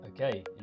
Okay